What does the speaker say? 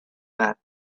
that